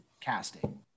casting